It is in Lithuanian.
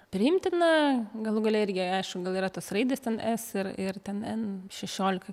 priimtina galų gale irgi aišku gal yra tos raidės ten s ir ir ten n šešiolika